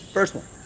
first one.